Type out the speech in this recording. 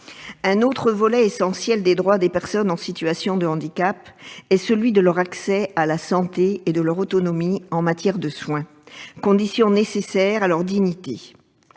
Un autre volet essentiel des droits des personnes en situation de handicap est celui de leur accès à la santé et de leur autonomie en matière de soins, conditions nécessaires à leur dignité.